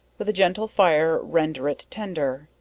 with a gentle fire render it tender,